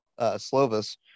Slovis